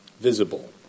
visible